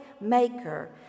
maker